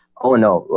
oh, no,